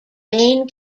main